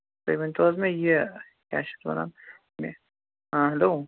تُہۍ ؤنۍتَو حظ مےٚ یہِ کیٛاہ چھِ اَتھ وَنان مےٚ آ ہیٚلو